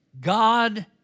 God